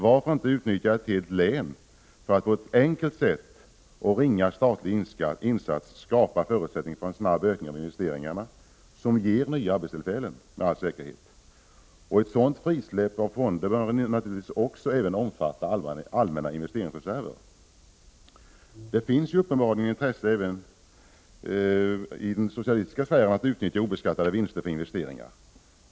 Varför inte utnyttja ett helt län för att på ett enkelt sätt och med en ringa statlig insats skapa förutsättningar för en snabb ökning av investeringarna, något som med all säkerhet skulle ge nya arbetstillfällen? Ett sådant frisläpp av fonderna bör naturligtvis även omfatta allmänna investeringsreserver. Det finns uppenbarligen ett intresse även i den socialistiska sfären för att utnyttja obeskattade vinster för investeringar.